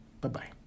Bye-bye